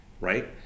right